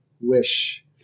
wish